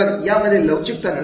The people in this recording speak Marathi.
यामध्ये लवचिकता नसेल